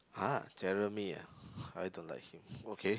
ah Jeremy ah I don't like him okay